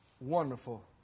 wonderful